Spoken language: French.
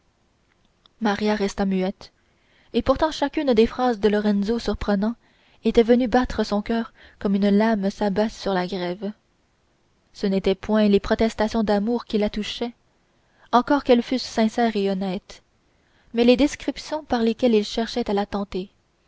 maria resta muette et pourtant chacune des phrases de lorenzo surprenant était venue battre son coeur comme une lame s'abat sur la grève ce n'étaient point les protestations d'amour qui la touchaient encore quelles fussent sincères et honnêtes mais les descriptions par lesquelles il cherchait à la tenter